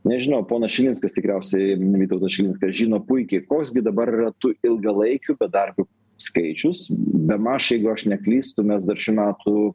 nežinau ponas šilinskas tikriausiai vytautas šilinskas žino puikiai koks gi dabar yra tų ilgalaikių bedarbių skaičius bemaž jeigu aš neklystu mes dar šių metų